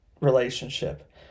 relationship